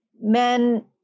men